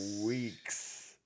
weeks